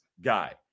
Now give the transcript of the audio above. guy